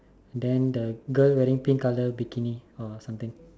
then the girl wearing pink colour bikini or something